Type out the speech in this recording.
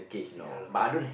ya loh correct